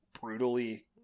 brutally